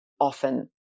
often